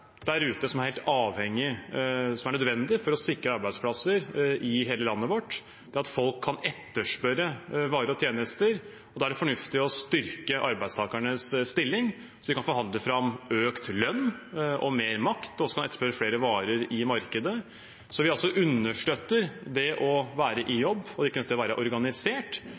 nødvendig for å sikre arbeidsplasser i hele landet, det at folk kan etterspørre varer og tjenester. Da er det fornuftig å styrke arbeidstakernes stilling, så de kan forhandle fram økt lønn og mer makt og også kan etterspørre flere varer i markedet. Vi understøtter altså det å være i jobb, og ikke minst det å være organisert,